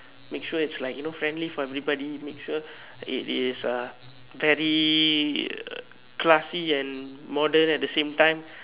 make sure it's like you know friendly for everybody make sure it is uh very classy and modern at the same time